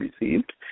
received